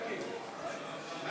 מה,